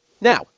Now